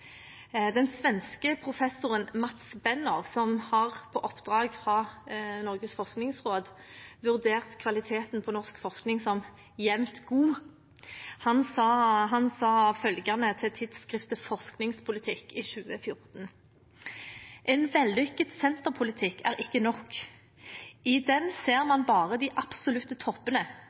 Den svenske professoren Mats Benner, som på oppdrag fra Norges forskningsråd har vurdert kvaliteten på norsk forskning som jevnt god, sa til tidsskriftet Forskningspolitikk i 2014: «Men en vellykket senterpolitikk er ikke nok; i den ser man bare de absolutte toppene.